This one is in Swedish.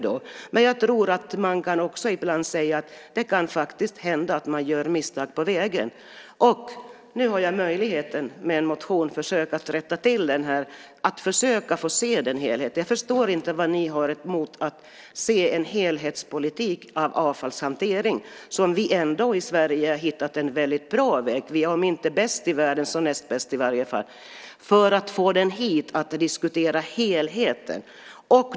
Det kan ibland hända att man gör misstag på vägen. Nu har jag möjligheten med en motion att försöka rätta till det och försöka se till helheten. Jag förstår inte vad ni har mot att se en helhetspolitik i avfallshantering, som vi ändå i Sverige har hittat en väldigt bra väg för. Om vi inte är bäst så näst bäst i varje fall. Det är fråga om att få frågan hit och diskutera helheten.